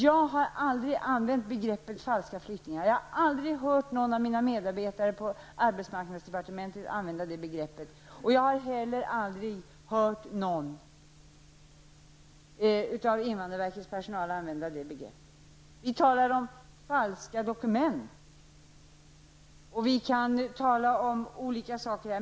Jag har aldrig använt begreppet falska flyktingar, jag har aldrig hört någon av mina medarbetare på departementet använda det begreppet, och jag har inte heller hört invandrarverkets personal använda det begreppet. Vi talar om falska dokument, och vi kan tala om olika saker.